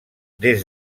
des